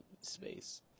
space